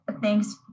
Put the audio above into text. thanks